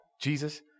Jesus